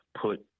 put